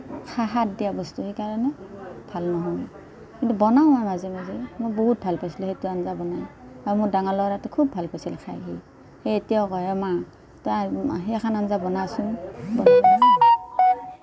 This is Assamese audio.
খা সাৰ দিয়া বস্তু সেইকাৰণে ভাল নহয় কিন্তু বনাওঁ আৰু মাজে মাজে মই বহুত ভাল পাইছিলোঁ সেইটো আঞ্জা বনাই আৰু মোৰ ডাঙৰ ল'ৰাটো খুব ভাল পাইছিল খাই সি এতিয়াও কয় এই মা তই সেইখন আঞ্জা বনাচোন